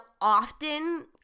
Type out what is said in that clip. often